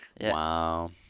Wow